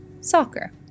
soccer